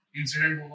incident